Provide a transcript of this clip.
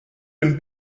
den